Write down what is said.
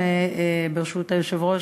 ברשות היושב-ראש,